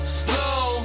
slow